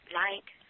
light